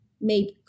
made